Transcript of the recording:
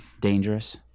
dangerous